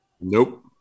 Nope